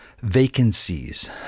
Vacancies